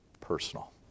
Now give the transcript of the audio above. personal